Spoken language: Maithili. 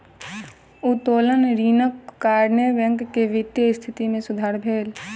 उत्तोलन ऋणक कारणेँ बैंक के वित्तीय स्थिति मे सुधार भेल